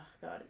God